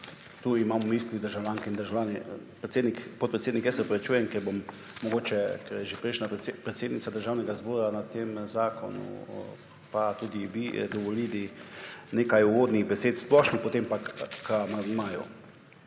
Tu imam v mislih državljanke in državljane. Podpredsednik, jaz se opravičujem, ker bom mogoče, ker je že prejšnja predsednica Državnega zbora na tem zakonu in tudi vi dovolili nekaj uvodnih besed splošno potem pa k amandmaju.